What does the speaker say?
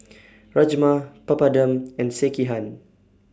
Rajma Papadum and Sekihan